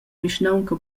vischnaunca